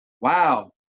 wow